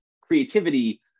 creativity